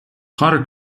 porter